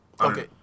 Okay